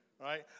Right